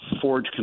forge